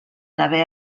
haver